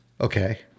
Okay